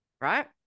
right